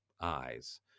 eyes